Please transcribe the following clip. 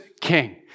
king